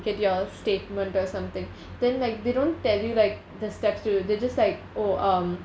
get your statement or something then like they don't tell you like the steps to do they just like oh um